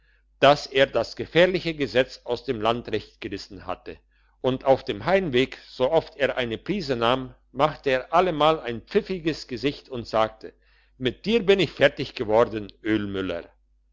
dass er das gefährliche gesetz aus dem landrecht gerissen hatte und auf dem heimweg so oft er eine prise nahm machte er allemal ein pfiffiges gesicht und sagte mit dir bin ich fertig worden ölmüller